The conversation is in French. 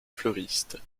fleuriste